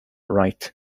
write